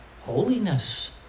holiness